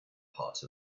part